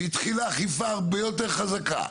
והתחילה אכיפה הרבה יותר חזקה,